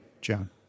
John